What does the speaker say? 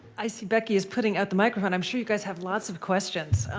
i see becky is putting out the microphone. i'm sure you guys have lots of questions.